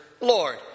Lord